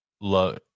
love